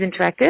interactive